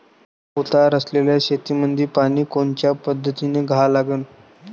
उतार असलेल्या शेतामंदी पानी कोनच्या पद्धतीने द्या लागन?